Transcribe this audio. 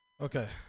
okay